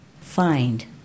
find